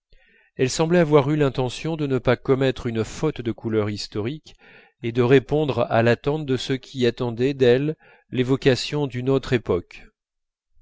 elle semblait avoir eu l'intention de ne pas commettre une faute de couleur historique et de répondre à l'attente de ceux qui attendaient d'elle l'évocation d'une autre époque